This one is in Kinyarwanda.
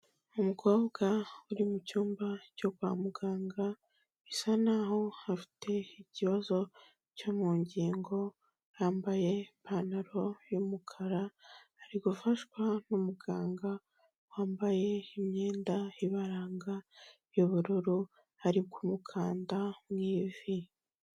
Umukobwa uri mu cyumba cyo kwa muganga bisa naho hafite ikibazo cyo mu ngingo, yambaye ipantaro y'umukara ari gufashwa n'umuganga wambaye imyenda ibaranga y'ubururu ari kumukanda mu ivi.